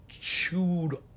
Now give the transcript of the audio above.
chewed